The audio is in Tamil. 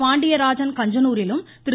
பாண்டியராஜன் கஞ்சனூரிலும் திரு